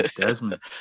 Desmond